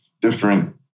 different